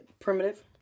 Primitive